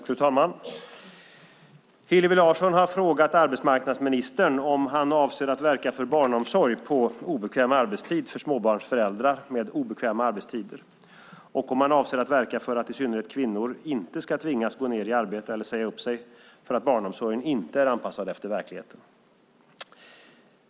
Fru talman! Hillevi Larsson har frågat arbetsmarknadsministern om han avser att verka för barnomsorg på obekväm arbetstid för småbarnsföräldrar med obekväma arbetstider och om han avser att verka för att i synnerhet kvinnor inte ska tvingas gå ned i arbetstid eller säga upp sig för att barnomsorgen inte är anpassad efter verkligheten.